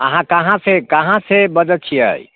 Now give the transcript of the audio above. अहाँ कहाँसँ कहाँसँ बजै छियै